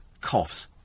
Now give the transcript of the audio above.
coughs